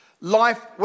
life